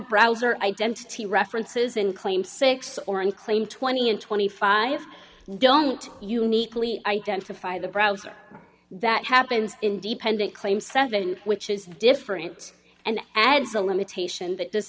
browser identity references in claim six or in claim twenty and twenty five don't uniquely identify the browser that happens independent claim seven which is different and as a limitation that